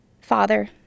Father